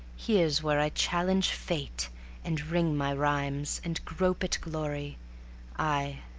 here's where i challenge fate and ring my rhymes, and grope at glory aye,